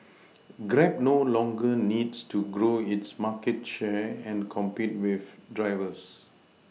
grab no longer needs to grow its market share and compete for drivers